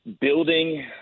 building